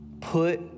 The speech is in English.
Put